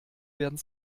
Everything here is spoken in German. werden